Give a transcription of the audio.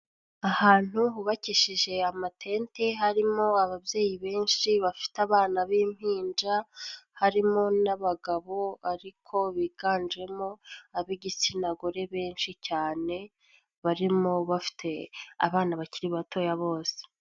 Ahantu hubakishije amatente harimo ababyeyi benshi bafite abana b'impinja harimo n'abagabo ariko biganjemo ab'igitsina gore benshi cyane barimo bafite abana bakiri batoya bose.